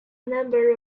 number